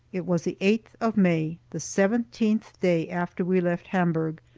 it was the eighth of may, the seventeenth day after we left hamburg.